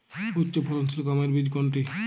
উচ্চফলনশীল গমের বীজ কোনটি?